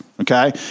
Okay